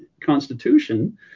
constitution